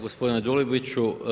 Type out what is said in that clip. Gospodine Dulibiću.